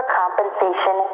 compensation